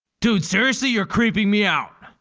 dude, seriously, you're creeping me out.